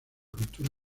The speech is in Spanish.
cultura